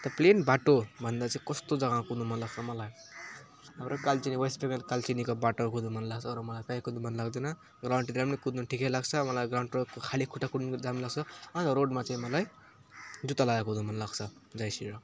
त प्लेन बाटोभन्दा चाहिँ कस्तो जग्गामा कुद्नु मन लाग्छ मलाई हाम्रो कालचिनीको वेस्ट बङ्गालको कालचिनीको बाटो कुद्नु मन लाग्छ अरू मलाई कहीँ कुद्नु मन लाग्दैन ग्राउन्डतिर नि कुद्नु ठिकै लाग्छ मलाई ग्राउन्डतिरको खाली खुट्टा कुद्नु राम्रो लाग्छ अनि त रोडमा चाहिँ मलाई जुत्ता लाएर कुद्नु मन लाग्छ जय श्री राम